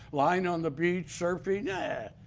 lying on the beach surfing. yeah